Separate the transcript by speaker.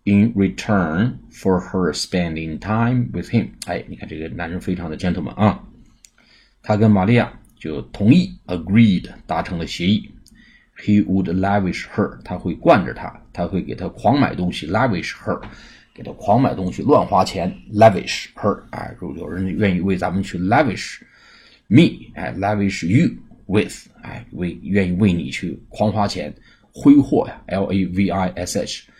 Speaker 1: in return for her spending time with him.哎，你看这个男人非常的gentleman啊。他跟玛利亚就同意，agreed，达成了协议。He would lavish her，他会惯着她，他会给她狂买东西，lavish her，给她狂买东西，乱花钱，lavish her，哎，如果有人愿意为咱们去lavish me，哎，lavish you with，哎，为- 愿意为你去狂花钱，挥霍呀，L A V I S H。